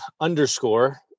underscore